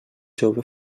jove